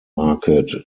market